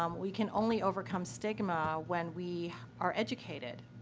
um we can only overcome stigma when we are educated.